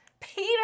Peter